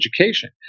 education